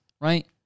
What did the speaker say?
right